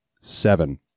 Seven